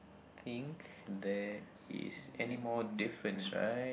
think there is anymore difference right